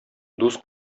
дус